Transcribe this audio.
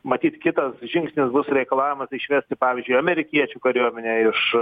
matyt kitas žingsnis bus reikalavimas išvesti pavyzdžiui amerikiečių kariuomenę iš